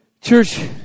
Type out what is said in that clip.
Church